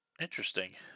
Interesting